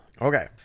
Okay